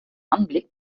anblick